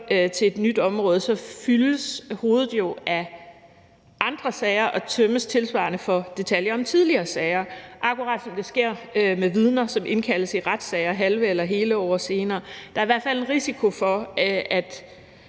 til et nyt område, fyldes hovedet jo af andre sager og tømmes tilsvarende for detaljer om tidligere sager, akkurat som det sker med vidner, som indkaldes i retssager halve eller hele år senere. Der er i hvert fald en risiko for, at